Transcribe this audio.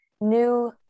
new